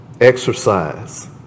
Exercise